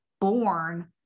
born